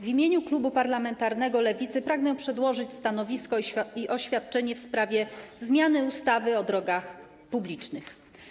W imieniu klubu parlamentarnego Lewicy pragnę przedstawić stanowisko i oświadczenie w sprawie zmiany ustawy o drogach publicznych.